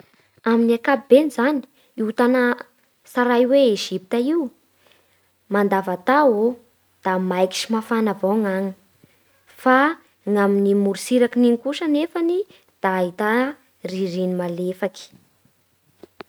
Amin'ny ankapobeny zany io tana tsaray hoe Ejipta io mandavatao maiky sy mafana avao ny agny. Fa ny agmin'ny morotsirak'igny kosa anefany da ahità ririny malefaky.